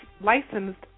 licensed